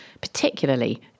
particularly